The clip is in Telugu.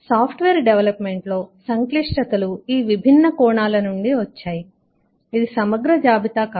సాఫ్ట్వేర్ డెవలప్ మెంట్ లో సంక్లిష్టతలు ఈ విభిన్న కోణాల నుండి వచ్చాయి ఇది సమగ్ర జాబితా కాదు